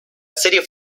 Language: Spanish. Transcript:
serie